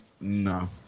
No